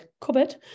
cupboard